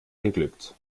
geglückt